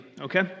okay